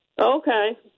Okay